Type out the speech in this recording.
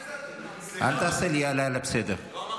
בסדר.